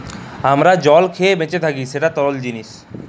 আমরা জল খাঁইয়ে বাঁইচে থ্যাকি যেট তরল জিলিস